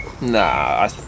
Nah